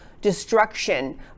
destruction